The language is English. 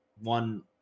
one